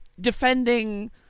defending